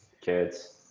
Kids